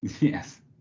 Yes